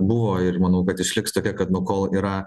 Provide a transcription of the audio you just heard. buvo ir manau kad išliks tokia kad nu kol yra